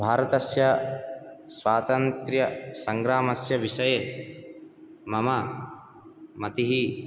भारतस्य स्वातन्त्रयसङ्ग्रामस्य विषये मम मतिः